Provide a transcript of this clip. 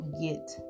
get